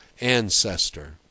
ancestor